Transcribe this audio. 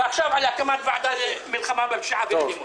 ועכשיו על הקמת ועדה למלחמה בפשיעה ובאלימות.